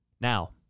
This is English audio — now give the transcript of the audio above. Now